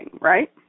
right